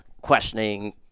questioning